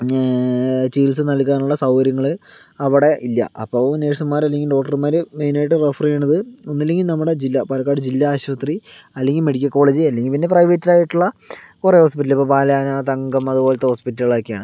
ചികിത്സ നൽകാനുള്ള സൗകര്യങ്ങൾ അവിടെ ഇല്ല അപ്പൊൾ നേഴ്സ്മാര് അല്ലെങ്കി ഡോക്ടർമാര് മെയിനായിട്ട് റെഫർ ചെയ്യണത് ഒന്നില്ലങ്കിൽ നമ്മുടെ ജില്ലാ പാലക്കാട് ജില്ലാ ആശുപത്രി അല്ലെങ്കി മെഡിക്കൽ കോളേജ് അല്ലെങ്കിൽ പിന്നെ പ്രൈവറ്റ്ലായിട്ടുള്ള കുറെ ഹോസ്പിറ്റൽ ഇപ്പൊ പാലാന തങ്കം അതുപോലത്തെ ഹോസ്പിറ്റലൊക്കെയാണ്